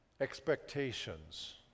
expectations